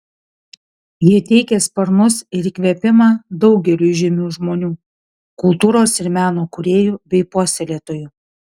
ji teikė sparnus ir įkvėpimą daugeliui žymių žmonių kultūros ir meno kūrėjų bei puoselėtojų